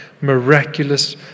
miraculous